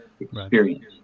experience